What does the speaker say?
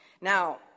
Now